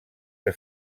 que